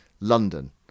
London